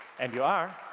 and you are.